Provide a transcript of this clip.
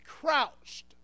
crouched